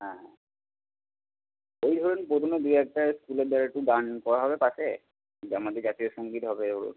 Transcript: হ্যাঁ এই ধরুন প্রথমে দুএকটা স্কুলের ধারে একটু গান করা হবে পাশে যার মধ্যে জাতীয় সঙ্গীত হবে ও